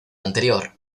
anterior